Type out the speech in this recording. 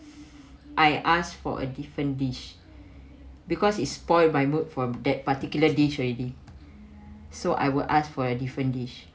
I asked for a different dish because its spoil my mood for that particular dish already so I will ask for your different dish